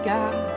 God